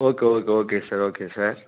okay okay okay sir okay sir